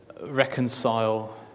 reconcile